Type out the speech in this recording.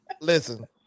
Listen